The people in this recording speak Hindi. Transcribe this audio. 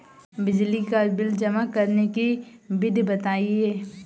बिजली का बिल जमा करने की विधि बताइए?